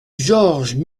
georges